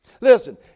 Listen